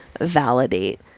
validate